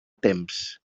temps